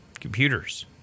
computers